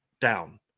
down